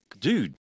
dude